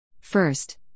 First